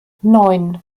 neun